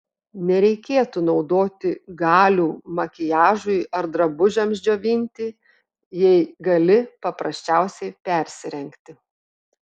nereikėtų naudoti galių makiažui ar drabužiams džiovinti jei gali paprasčiausiai persirengti